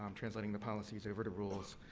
um translating the policies over to rules.